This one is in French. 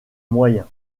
moyen